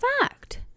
fact